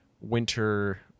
winter